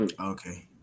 okay